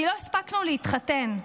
כי לא הספקנו להתחתן,